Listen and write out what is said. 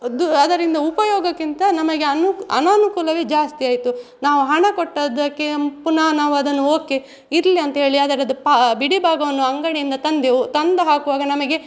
ದು ಅದರಿಂದ ಉಪಯೋಗಕ್ಕಿಂತ ನಮಗೆ ಅನು ಅನಾನುಕೂಲವೇ ಜಾಸ್ತಿಯಾಯಿತು ನಾವು ಹಣ ಕೊಟ್ಟದ್ದಕ್ಕೆ ಪುನಃ ನಾವದನ್ನು ಓಕೆ ಇರಲಿ ಅಂಥೇಳಿ ಅದರದ್ದು ಪ ಬಿಡಿ ಭಾಗವನ್ನು ಅಂಗಡಿಯಿಂದ ತಂದೆವು ತಂದು ಹಾಕುವಾಗ ನಮಗೆ